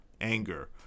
anger